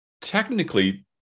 technically